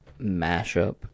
mashup